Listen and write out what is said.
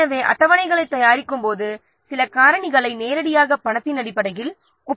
எனவே அட்டவணைகளைத் தயாரிக்கும் போது சில காரணிகளை நேரடியாக பணத்தின் அடிப்படையில் ஒப்பிடலாம்